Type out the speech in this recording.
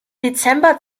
dezember